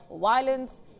violence